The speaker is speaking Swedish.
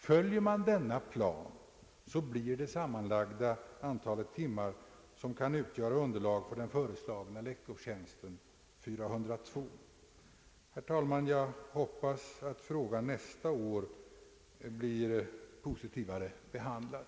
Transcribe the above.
Följer man denna plan blir det sammanlagda antalet timmar som kan utgöra underlag för den föreslagna lektorstjänsten 402. Herr talman! Jag hoppas att frågan nästa år blir positivare behandlad.